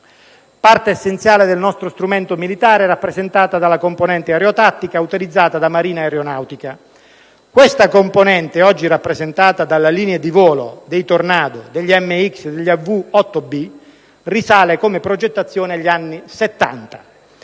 Parte essenziale del nostro strumento militare è rappresentata dalla componente aerotattica utilizzata da Marina e Aeronautica. Questa componente, oggi rappresentata dalla linea di volo dei Tornado, degli AMX**,** degli AV-8B, risale, come progettazione, agli anni Settanta.